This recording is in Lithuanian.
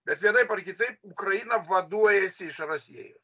bet vienaip ar kitaip ukraina vaduojasi iš rasiejo